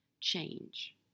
change